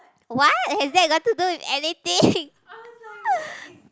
what has that got to do with anything